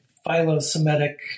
philo-Semitic